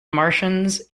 martians